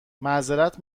معظرت